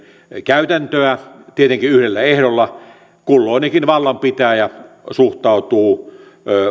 käytäntöä tietenkin yhdellä ehdolla kulloinenkin vallanpitäjä suhtautuu